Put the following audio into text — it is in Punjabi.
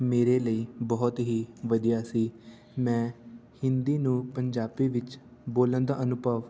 ਮੇਰੇ ਲਈ ਬਹੁਤ ਹੀ ਵਧੀਆ ਸੀ ਮੈਂ ਹਿੰਦੀ ਨੂੰ ਪੰਜਾਬੀ ਵਿੱਚ ਬੋਲਣ ਦਾ ਅਨੁਭਵ